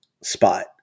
spot